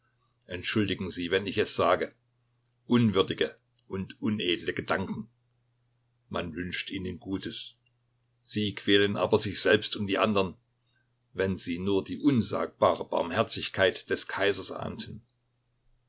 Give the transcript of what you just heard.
entschuldigen sie wenn ich es sage unwürdige und unedle gedanken man wünscht ihnen gutes sie quälen aber sich selbst und die andern wenn sie nur die unsagbare barmherzigkeit des kaisers ahnten